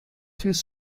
through